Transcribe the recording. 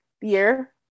year